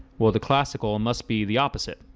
well, the classical and must be the opposite,